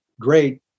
great